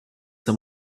than